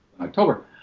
October